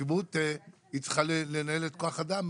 הנציבות צריכה לנהל את כוח האדם